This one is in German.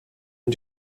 und